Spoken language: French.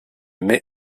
mai